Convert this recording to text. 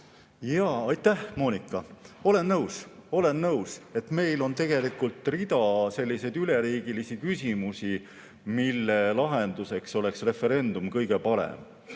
Aitäh, Moonika! Olen nõus. Olen nõus, et meil on tegelikult rida selliseid üleriigilisi küsimusi, mille lahenduseks oleks referendum kõige parem.